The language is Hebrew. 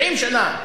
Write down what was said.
70 שנה,